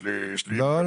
לא.